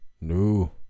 No